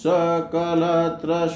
Sakalatra